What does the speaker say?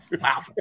Wow